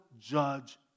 judge